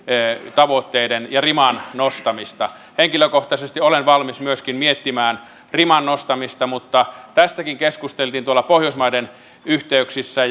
tavoitteiden ja riman nostamista henkilökohtaisesti olen valmis myöskin miettimään riman nostamista mutta tästäkin keskusteltiin tuolla pohjoismaiden yhteyksissä